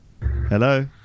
Hello